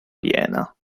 piena